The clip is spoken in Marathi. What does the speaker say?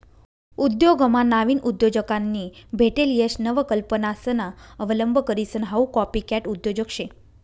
उद्योगमा नाविन उद्योजकांनी भेटेल यश नवकल्पनासना अवलंब करीसन हाऊ कॉपीकॅट उद्योजक शे